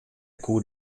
koe